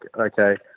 okay